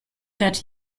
that